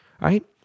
right